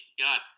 God